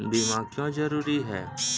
बीमा क्यों जरूरी हैं?